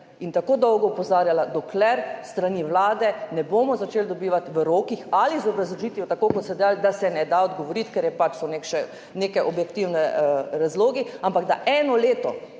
in tako dolgo opozarjala, dokler s strani Vlade ne bomo začeli dobivati v rokih ali z obrazložitvijo, tako kot ste dejali, da se ne da odgovoriti, ker so neki objektivni razlogi. Ampak da eno leto,